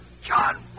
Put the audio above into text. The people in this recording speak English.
John